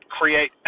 create